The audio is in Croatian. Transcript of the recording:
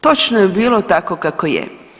Točno je bilo tako kako je.